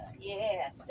yes